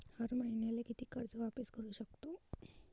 हर मईन्याले कितीक कर्ज वापिस करू सकतो?